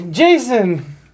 Jason